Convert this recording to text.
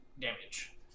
damage